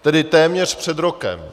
Tedy téměř před rokem.